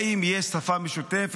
האם יש שפה משותפת,